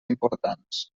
importants